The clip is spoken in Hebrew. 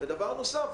דבר נוסף,